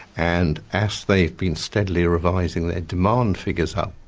and as they have been steadily revising their demand figures up,